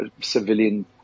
civilian